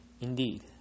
Indeed